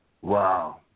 Wow